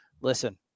Listen